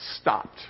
stopped